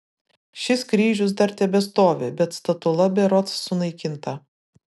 šis kryžius dar tebestovi bet statula berods sunaikinta